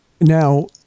now